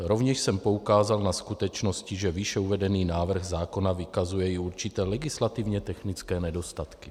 Rovněž jsem poukázal na skutečnosti, že výše uvedený návrh zákona vykazuje i určité legislativně technické nedostatky.